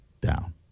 down